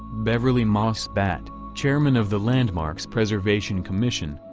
beverly moss spatt, chairman of the landmarks preservation commission,